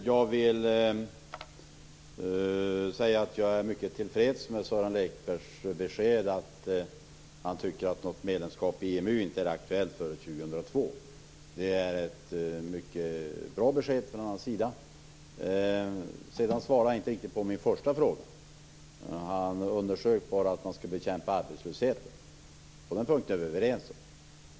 Fru talman! Jag är mycket till freds med Sören Lekbergs besked att ett medlemskap i EMU enligt honom inte är aktuellt förrän år 2002. Det är ett mycket bra besked. Han svarade inte riktigt på min första fråga. Han underströk bara att man skall bekämpa arbetslösheten. På den punkten är vi överens.